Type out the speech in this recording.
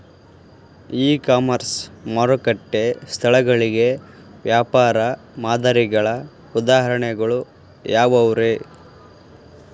E commerce ಮಾರುಕಟ್ಟೆ ಸ್ಥಳಗಳಿಗೆ ವ್ಯಾಪಾರ ಮಾದರಿಗಳ ಉದಾಹರಣೆಗಳು ಯಾವವುರೇ?